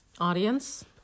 audience